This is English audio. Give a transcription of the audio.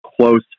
close